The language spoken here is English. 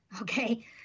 Okay